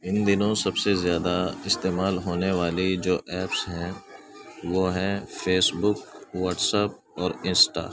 اِن دنوں سب سے زیادہ استعمال ہونے والے جو ایپس ہیں وہ ہیں فیس بک واٹسپ اور انسٹا